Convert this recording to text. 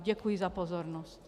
Děkuji za pozornost.